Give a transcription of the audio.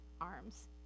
arms